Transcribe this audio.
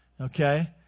Okay